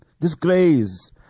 disgrace